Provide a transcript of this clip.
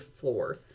floor